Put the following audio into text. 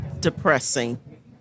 Depressing